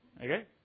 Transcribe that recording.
Okay